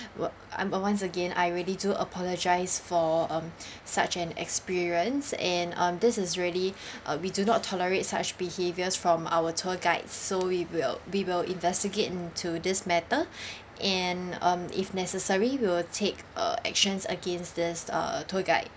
wh~ I'm uh once again I really do apologise for um such an experience and um this is really uh we do not tolerate such behaviours from our tour guides so we will we will investigate into this matter and um if necessary we'll take uh actions against this uh tour guide